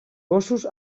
gossos